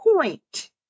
point